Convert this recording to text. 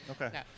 Okay